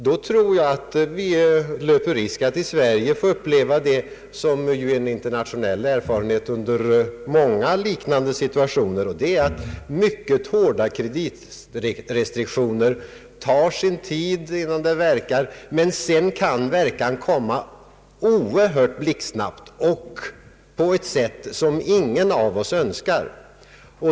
Jag fruktar att vi då löper risk att i Sverige få uppleva vad som blivit en internationell erfarenhet i många liknande situationer, nämligen att det tar sin tid innan mycket hårda kreditrestriktioner verkar men att effekten sedan kan komma blixtsnabbt och på ett sätt som ingen av oss Önskar.